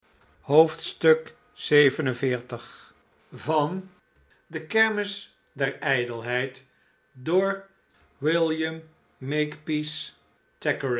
i oclocrooococoocococooclf de kermis der ijdelheid van william